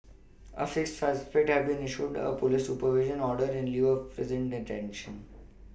a fifth suspect has been issued a police supervision order in lieu of prison detention